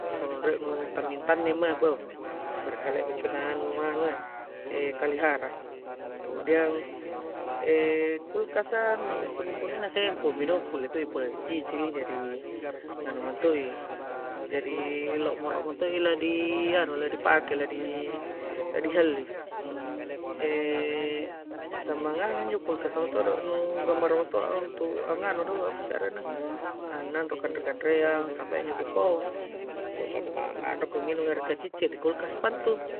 Samang re' mo tanning-tanning mae' beh', bere' kalea' na nu' anu' ya e' kalihara', kemudian e' kulkasa nu' kunni-kunni' na sempo' mi do, kulle to'i pole dicicili, jadi nganu' mento'i, jadi lo'moro muto'i ladi' anu' ladi pake' ladi' helli' e' samang nganu injo' kulkasa mo'todo nu' gammara metto'a untuk angnganu' do, apa isse' arengna, a' nandro kanre-kanreang' samang injo' kupauang ko sammang' a'ra ko nginung airb kacicci' di kulkasa pa intu'.